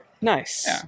Nice